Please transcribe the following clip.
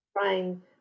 trying